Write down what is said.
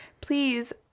please